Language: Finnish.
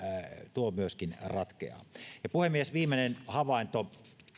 tuo myöskin ratkeaa puhemies viimeinen havainto